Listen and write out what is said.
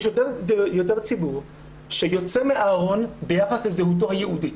יש יותר ציבור שיוצא מהארון ביחס לזהותו היהודית,